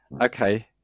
okay